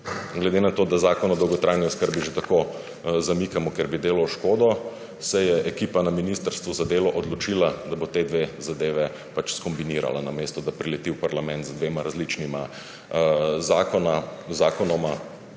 Glede na to da Zakon o dolgotrajni oskrbi že tako zamikamo, ker bi delal škodo, se je ekipa na ministrstvu za delo odločila, da bo ti dve zadevi skombinirala. Namesto da prileti v parlament z dvema različnima zakonoma, se